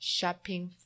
Shopping